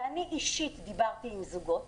ואני אישית דיברתי עם זוגות,